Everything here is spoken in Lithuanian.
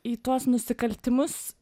į tuos nusikaltimus